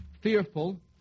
Fearful